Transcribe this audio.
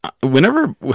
whenever